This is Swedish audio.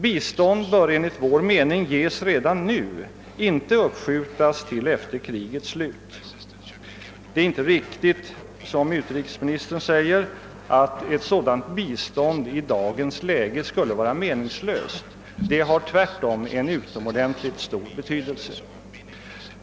Bistånd bör enligt vår mening ges redan nu, inte uppskjutas till efter krigets slut, och det är inte riktigt som utrikesministern säger att ett sådant bistånd skulle vara meningslöst i dagens läge. Tvärtom har det utomordentligt stor betydelse.